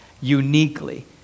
uniquely